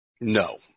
No